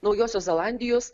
naujosios zelandijos